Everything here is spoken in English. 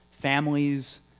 families